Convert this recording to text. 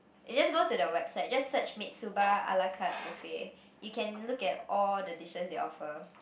eh just go to the website just search Mitsuba ala-carte buffet you can look at all the dishes they offer